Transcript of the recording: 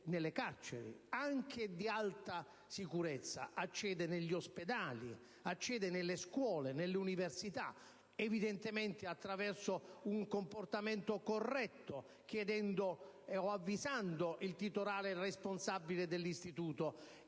alle carceri, anche di alta sicurezza, agli ospedali, alle scuole, alle università, evidentemente attraverso un comportamento corretto, chiedendo o avvisando il titolare responsabile dell'istituto.